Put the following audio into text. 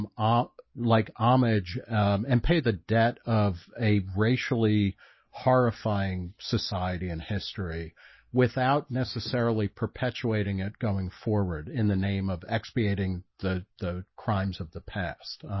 um? ah like homage, um and pay the debt of a racially horrifying society in history without necessarily perpetuating it going forward in the name of expiating the the crimes of the past